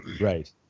right